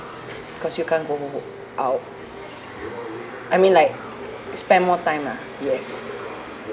cause you can't go out I mean like spend more time lah yes